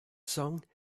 song